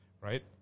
Right